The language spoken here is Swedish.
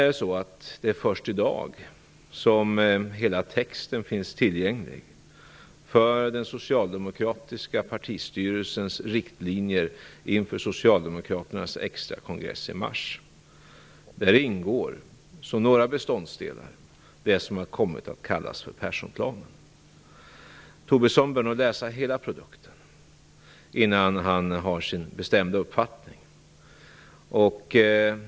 Det är först i dag som hela texten till den socialdemokratiska partistyrelsens riktlinjer inför Socialdemokraternas extrakongress i mars finns tillgänglig. Där ingår som några beståndsdelar det som har kommit att kallas för Perssonplanen. Lars Tobisson bör nog läsa hela produkten innan han har sin bestämda uppfattning klar.